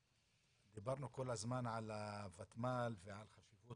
דיברנו כל הזמן על הוותמ"ל ועל חשיבות